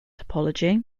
topology